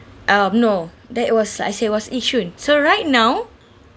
um no that was I said was yishun so right now